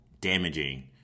damaging